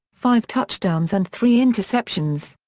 five touchdowns and three interceptions.